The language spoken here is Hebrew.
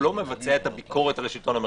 הוא לא מבצע את הביקורת על השלטון המרכזי.